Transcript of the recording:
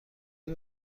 این